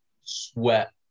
sweat